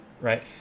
Right